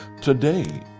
today